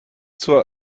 zur